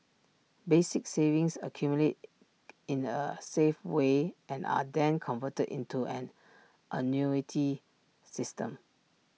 basic savings accumulate in A safe way and are then converted into an annuity system